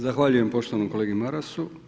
Zahvaljujem poštovanom kolegi Marasu.